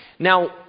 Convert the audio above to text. Now